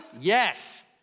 Yes